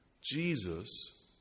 Jesus